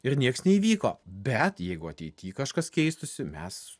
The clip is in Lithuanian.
ir nieks neįvyko bet jeigu ateity kažkas keistųsi mes